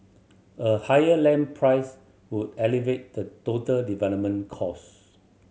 a higher land price would elevate the total development cost